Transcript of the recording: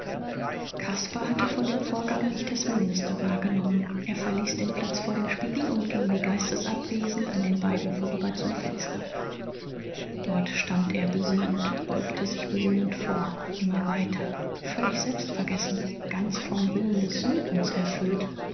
caspar hatte von dem vorgang nicht das mindeste wahrgenommen er verließ den platz vor dem spiegel und ging wie geistesabwesend an den beiden vorüber zum fenster dort stand er besinnend beugte sich besinnend vor immer weiter völlig selbstvergessen ganz vom willen des suchens erfüllt